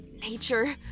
Nature